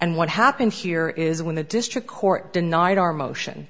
and what happened here is when the district court denied our motion